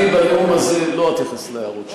אני בנאום הזה לא אתייחס להערות שלך,